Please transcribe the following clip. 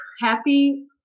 Happy